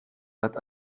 but